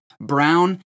Brown